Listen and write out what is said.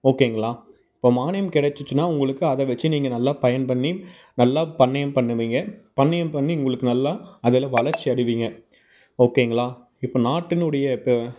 ஓகேங்களா இப்போ மானியம் கிடச்சுச்சுனா உங்களுக்கு அதை வெச்சு நீங்கள் நல்லா பயன் பண்ணி நல்லா பண்ணையம் பண்ணுவீங்க பண்ணையம் பண்ணி உங்களுக்கு நல்லா அதில் வளர்ச்சி அடைவீங்க ஓகேங்களா இப்போ நாட்டினுடைய இப்போ